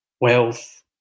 wealth